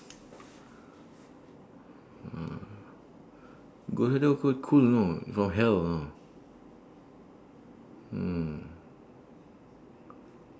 ah ghost rider quite cool you know from hell you know mm